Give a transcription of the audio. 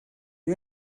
you